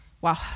Wow